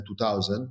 2000